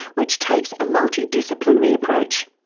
which takes a multidisciplinary approach.